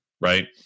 right